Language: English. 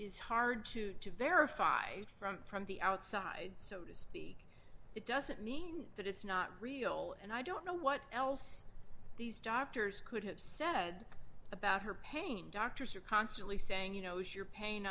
is hard to to verify from from the outside so to speak it doesn't mean that it's not real and i don't know what else these doctors could have said about her pain doctors are constantly saying you know sure pain